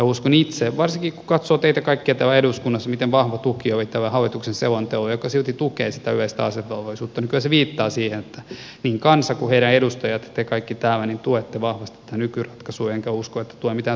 uskon itse varsinkin kun katsoo teitä kaikkia täällä eduskunnassa miten vahva tuki oli tälle hallituksen selonteolle joka silti tukee sitä yleistä asevelvollisuutta että kyllä se viittaa siihen että niin kansa kuin heidän edustajansa te kaikki täällä tukevat vahvasti tätä nykyratkaisua enkä usko että tulee mitään suuria muutoksia